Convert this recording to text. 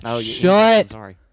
Shut